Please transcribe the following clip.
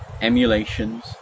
emulations